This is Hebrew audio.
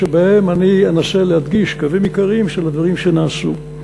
שבהם אני אנסה להדגיש קווים עיקריים של הדברים שנעשו.